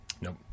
Nope